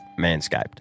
Manscaped